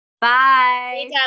Bye